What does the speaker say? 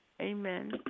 amen